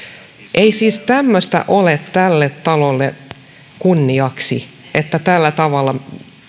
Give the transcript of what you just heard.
ei tämmönen ole tälle talolle kunniaksi että tällä tavalla